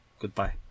Goodbye